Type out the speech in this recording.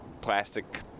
plastic